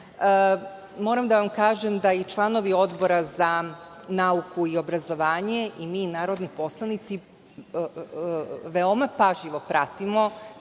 poslu. Moram da vam kažem da i članovi Odbora za nauku i obrazovanje i mi narodni poslanici veoma pažljivo pratimo